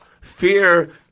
Fear